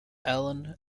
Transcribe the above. alan